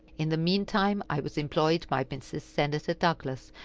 in the mean time i was employed by mrs. senator douglas,